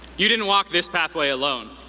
you didn't walk this pathway alone.